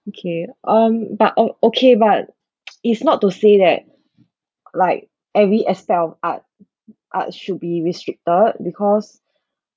okay um but o~ okay but it's not to say that like every aspect of art art should be restricted because